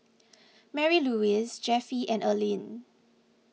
Marylouise Jeffie and Earlene